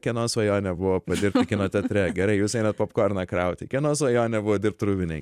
kažkieno svajonė buvo padirbti kino teatre gerai jūs einat popkorną krauti kieno svajonė buvo dirbt rūbinėj